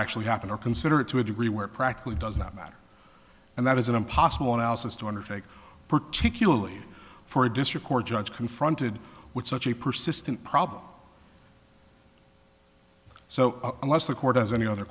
actually happened or consider it to a degree where practically does not matter and that is an impossible analysis to undertake particularly for a district court judge confronted with such a persistent problem so the court has any other